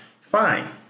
Fine